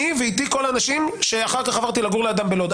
אני ואיתי כל האנשים שאחר כך עברתי לגור לידם בלוד.